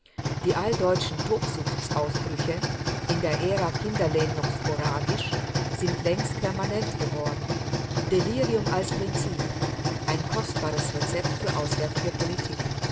die alldeutschen tobsuchtsausbrüche in der ära kiderlen noch sporadisch sind längst permanent geworden delirium als prinzip ein kostbares rezept für auswärtige politik